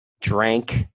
drank